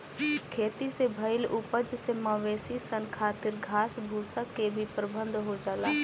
खेती से भईल उपज से मवेशी सन खातिर घास भूसा के भी प्रबंध हो जाला